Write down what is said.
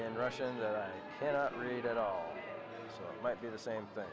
in russian that i read at all might be the same thing